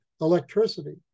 electricity